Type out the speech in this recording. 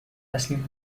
تسلیم